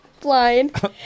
blind